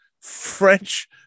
French